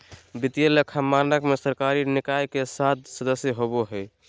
वित्तीय लेखा मानक में सरकारी निकाय के सात सदस्य होबा हइ